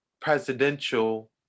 presidential